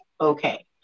okay